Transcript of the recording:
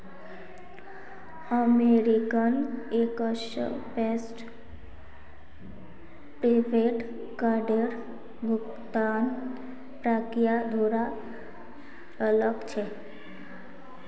American Express prepaid कार्डेर भुगतान प्रक्रिया थोरा अलग छेक